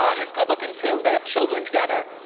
he's good looking too. they have children together.